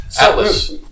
Atlas